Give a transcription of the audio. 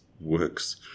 works